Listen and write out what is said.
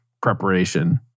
preparation